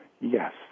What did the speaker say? yes